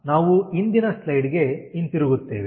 ಈಗ ನಾವು ಹಿಂದಿನ ಸ್ಲೈಡ್ ಗೆ ಹಿಂತಿರುಗುತ್ತೇವೆ